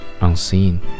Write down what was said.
Unseen